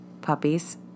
puppies